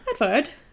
Edward